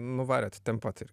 nuvarėt ten pat